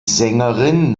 sängerin